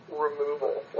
removal